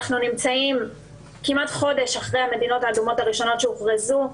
אנחנו נמצאים כמעט חודש אחרי המדינות האדומות הראשונות שהוכרזו,